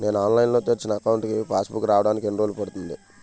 నేను ఆన్లైన్ లో తెరిచిన అకౌంట్ కి పాస్ బుక్ రావడానికి ఎన్ని రోజులు పడుతుంది?